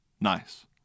nice